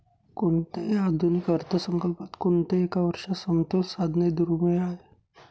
कोणत्याही आधुनिक अर्थसंकल्पात कोणत्याही एका वर्षात समतोल साधणे दुर्मिळ आहे